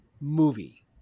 movie